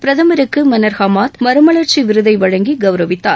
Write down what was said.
பிரதமருக்கு மன்னர் ஹமாத் மறுமலர்ச்சி விருதை வழங்கி கவுரவித்தார்